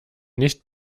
nicht